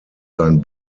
sein